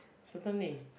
certainly